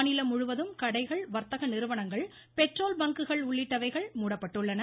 மாநிலம் முழுவதும் கடைகள் வா்த்தக நிறுவனங்கள் பெட்ரோல் பங்குகள் உள்ளிட்டவைகள் மூடப்பட்டுள்ளன